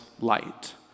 light